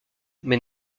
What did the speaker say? mais